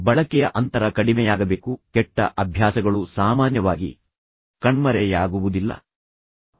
ಬಳಕೆಯ ಅಂತರ ಕಡಿಮೆಯಾಗಬೇಕು ಕೆಟ್ಟ ಅಭ್ಯಾಸಗಳು ಸಾಮಾನ್ಯವಾಗಿ ಶಾಶ್ವತವಾಗಿ ಕಣ್ಮರೆಯಾಗುವುದಿಲ್ಲ ಇದು ನೀವು ನಿಮ್ಮ ಮನಸ್ಸಿನಲ್ಲಿಟ್ಟುಕೊಳ್ಳಬೇಕಾದ ಮತ್ತೊಂದು ವಿಷಯ